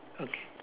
okay